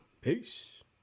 Peace